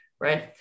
right